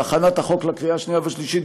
בהכנת החוק לקריאה השנייה והשלישית,